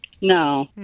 No